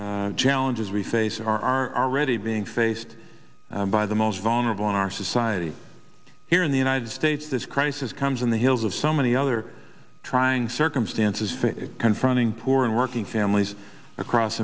these challenges we face are already being faced by the most vulnerable in our society here in the united states this crisis comes on the heels of so many other trying circumstances confronting poor and working families across